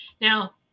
Now